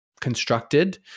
constructed